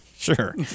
Sure